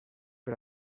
per